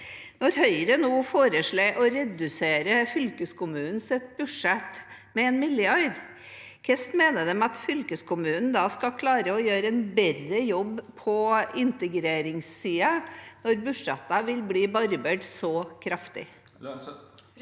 Når Høyre nå foreslår å redusere fylkeskommunenes budsjett med 1 mrd. kr, hvordan mener de at fylkeskommunene da skal klare å gjøre en bedre jobb på integreringssiden når budsjettene vil bli barbert så kraftig?